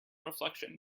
reflection